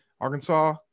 Arkansas